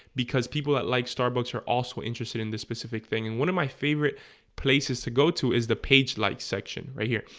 because people that like starbucks are also interested in this specific thing and one of my favorite places to go to is the page like section right here,